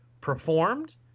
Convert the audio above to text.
performed